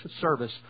service